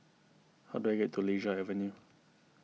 how do I get to Lasia Avenue